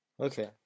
Okay